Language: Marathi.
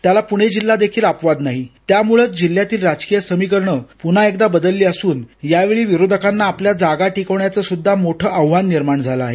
त्याला पुणे जिल्हा देखील अपवाद नाही त्यामुळच जिल्ह्यातील राजकीय समीकरण पुन्हा एकदा बदलली असून यावेळी विरोधकांना आपल्या जागा टिकवण्याचं सुद्धा मोठं आव्हान निर्माण झालं आहे